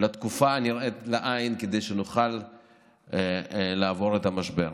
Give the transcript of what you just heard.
בתקופה הנראית לעין, כדי שנוכל לעבור את המשבר.